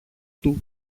του